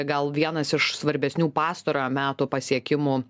gal vienas iš svarbesnių pastarojo meto pasiekimų